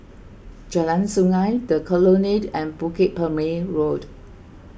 Jalan Sungei the Colonnade and Bukit Purmei Road